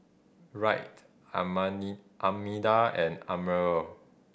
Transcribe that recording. Wright Armida and Admiral